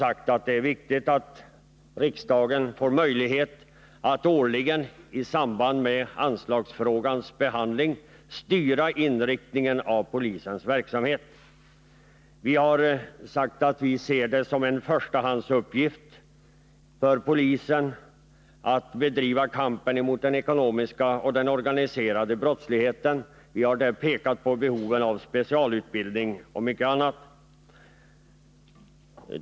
sagt att det är viktigt att riksdagen får möjlighet att årligen i samband med anslagsfrågans behandling styra inriktningen av polisens verksamhet. Vi har sagt att vi ser det som en förstahandsuppgift för polisen att bedriva kampen mot den ekonomiska och den organiserade brottsligheten. Vi har där pekat på behovet av specialutbildning och mycket annat.